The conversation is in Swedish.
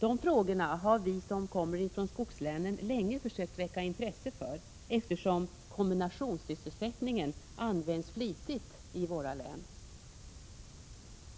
Dessa frågor har vi som kommer från skogslänen länge försökt väcka intresse för, eftersom kombinationssysselsättningen används flitigt i våra län.